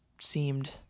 seemed